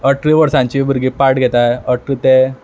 अठरां वर्सांचीं भुरगीं पार्ट घेता अठरा ते